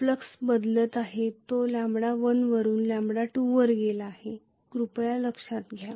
flux बदलत आहे तो λ1 वरून λ2 वर गेला आहे कृपया लक्षात घ्या